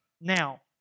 Now